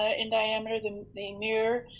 ah in diameter the and the mirror,